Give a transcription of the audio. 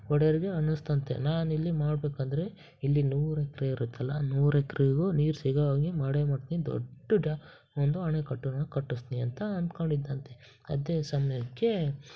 ಒಡೆಯರ್ಗೆ ಅನ್ನಿಸ್ತಂತೆ ನಾನಿಲ್ಲಿ ಮಾಡ್ಬೇಕಂದ್ರೆ ಇಲ್ಲಿ ನೂರು ಎಕರೆ ಇರುತ್ತಲ್ಲ ನೂರು ಎಕರೆಗೂ ನೀರು ಸಿಗೋ ಹಾಗೆ ಮಾಡೇ ಮಾಡ್ತೀನಿ ದೊಡ್ಡ ಡ್ಯಾ ಒಂದು ಅಣೆಕಟ್ಟನ್ನು ಕಟ್ಟುಸ್ತೀನಿ ಅಂತ ಅಂದ್ಕೊಂಡಿದ್ನಂತೆ ಅದೇ ಸಮಯಕ್ಕೆ